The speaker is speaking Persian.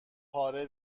پاره